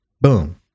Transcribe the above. Boom